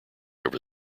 over